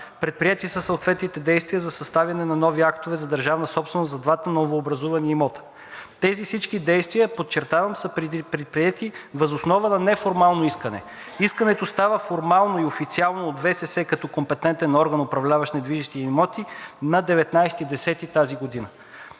Предприети са съответните действия за съставяне на нови актове за държавна собственост за двата новообразувани имота. Всички тези действия, подчертавам, са предприети въз основа на неформално искане. Искането става формално и официално от ВСС като компетентен орган, управляващ недвижими имоти, на 19 октомври тази година.